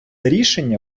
рішення